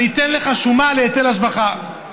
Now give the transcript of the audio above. אני אתן לך שומה להיטל השבחה.